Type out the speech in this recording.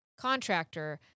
contractor